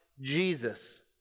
Jesus